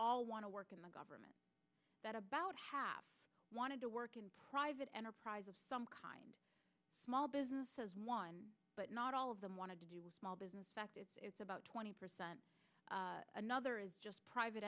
all want to work in the government that about half wanted to work in private enterprise of some kind maule business as one but not all of them want to do with small business sector is about twenty percent another is just private